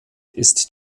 ist